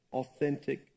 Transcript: authentic